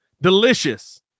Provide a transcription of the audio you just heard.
Delicious